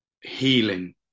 healing